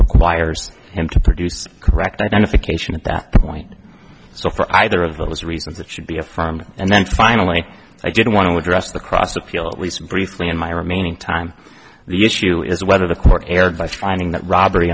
requires him to produce correct identification at that point so for either of those reasons that should be affirmed and then finally i didn't want to address the cross appeal least briefly in my remaining time the issue is whether the court erred by finding that robbery